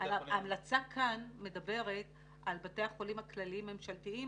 ההמלצה כאן מדברת על בתי החולים הכלליים-ממשלתיים